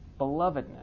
belovedness